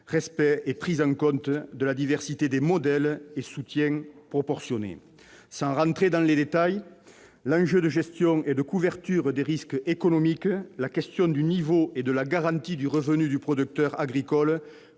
respect et la prise en compte de la diversité des modèles et l'octroi de soutiens proportionnés. Sans rentrer dans les détails, l'enjeu de gestion et de couverture des risques économiques, la question du niveau et de la garantie du revenu du producteur agricole